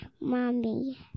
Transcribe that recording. Mommy